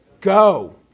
Go